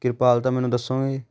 ਕਿਰਪਾਲਤਾ ਮੈਨੂੰ ਦੱਸੋਗੇ